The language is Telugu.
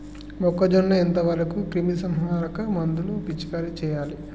మొక్కజొన్న ఎంత వరకు క్రిమిసంహారక మందులు పిచికారీ చేయాలి?